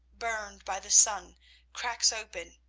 burned by the sun, cracks open,